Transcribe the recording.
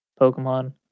Pokemon